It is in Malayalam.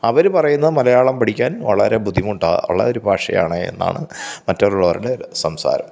അവർ പറയുന്ന മലയാളം പഠിക്കാൻ വളരെ ബുദ്ധിമുട്ടാണ് ഉള്ള ഒരു ഭാഷയാണ് എന്നാണ് മറ്റുള്ളവരുടെ സംസാരം